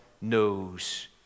knows